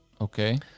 Okay